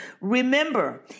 Remember